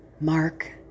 Mark